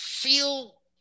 feel